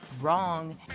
Wrong